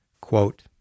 Quote